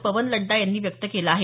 पवन लड्डा यांनी व्यक्त केलं आहे